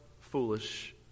foolish